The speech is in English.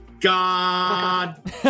god